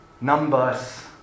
numbers